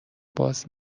باز